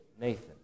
Nathan